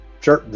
Sure